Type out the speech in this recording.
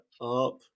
up